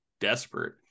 desperate